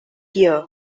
year